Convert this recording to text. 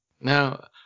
Now